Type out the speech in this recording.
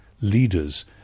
leaders